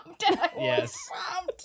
Yes